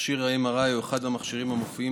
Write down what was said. מכשיר ה-MRI הוא אחד המכשירים המופיעים